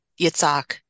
yitzhak